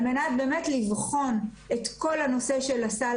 אנחנו רוצים להציף את זה על מנת לבחון את כל הנושא של הסל